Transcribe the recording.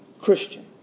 Christian